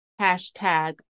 hashtag